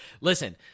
Listen